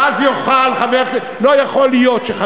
האם הוועדה לזכויות הילד לא חשובה?